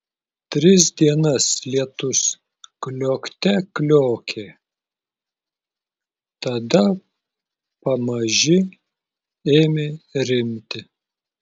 tris dienas lietus kliokte kliokė tada pamaži ėmė rimti